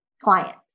clients